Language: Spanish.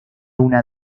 una